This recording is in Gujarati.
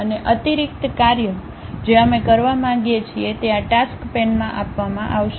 અને અતિરિક્ત કાર્ય જે અમે કરવા માંગીએ છીએ તે આ ટાસ્ક પેનમાં આપવામાં આવશે